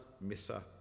Missa